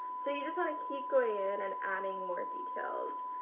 so you just want to keep going in and adding more details.